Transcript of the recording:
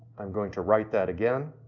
i'm going to write that again.